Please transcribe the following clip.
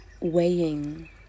weighing